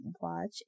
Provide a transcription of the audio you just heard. watch